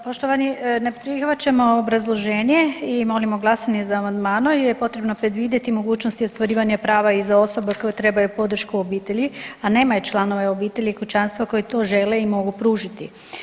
Poštovani, ne prihvaćamo obrazloženje i molimo glasovanje o amandmanu jer je potrebno predvidjeti mogućnosti ostvarivanja prava i za osobe koje trebaju podršku u obitelji, a nemaju članove obitelji, kućanstva koji to žele i mogu pružiti.